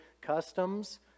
customs